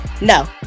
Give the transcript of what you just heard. No